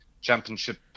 championship